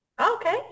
Okay